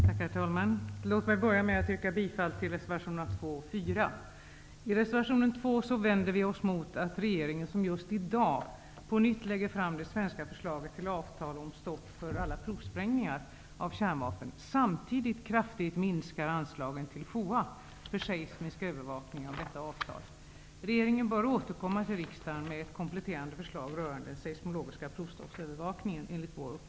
Herr talman! Låt mig börja med att yrka bifall till reservationerna 2 och 4. I reservation 2 vänder vi oss mot att regeringen, som just i dag på nytt lägger fram det svenska förslaget till avtal om stopp för alla provsprängningar av kärnvapen, samtidigt kraftigt minskar anslagen till FOA för seismisk övervakning av detta avtal. Regeringen bör enligt vår uppfattning återkomma till riksdagen med ett kompletterande förslag rörande den seismologiska provstoppsövervakningen.